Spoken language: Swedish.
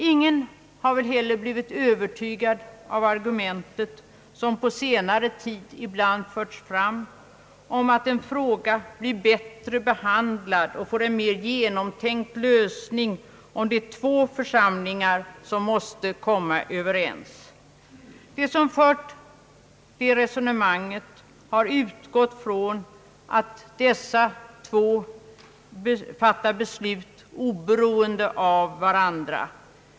Ingen har väl heller blivit övertygad av det argument som på senare tid ibland har förts fram om att en fråga blir bättre behandlad och får en mera genomtänkt lösning om det är två församlingar som måste komma överens. De som har fört det resonemanget har utgått från att dessa två fattar beslut oberoende av varandra.